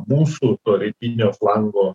mūsų to rytinio flango